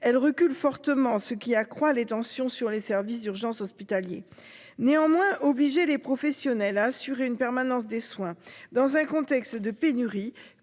elle recule fortement, ce qui accroît les tensions sur les services d'urgence hospitaliers néanmoins obliger les professionnels à assurer une permanence des soins dans un contexte de pénurie